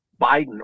Biden